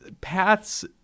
paths